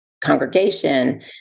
congregation